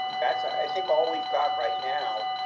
that's, i think, all we've got right now.